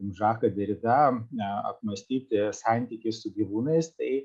žaką derida apmąstyti santykį su gyvūnais tai